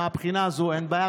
מהבחינה הזו אין בעיה.